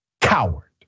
Coward